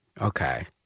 Okay